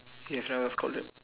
she herself called